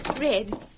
Red